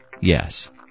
yes